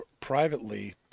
privately